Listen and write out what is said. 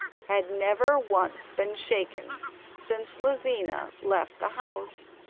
had never once been shaken since lizina left the house.